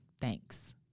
Thanks